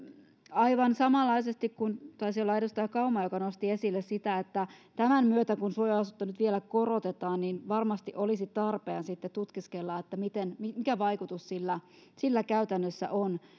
aivan samanlaisesti kuin taisi olla edustaja kauma joka nosti esille sitä että tämän myötä kun suojaosuutta nyt vielä korotetaan niin varmasti olisi tarpeen tutkiskella mikä vaikutus sillä sillä käytännössä on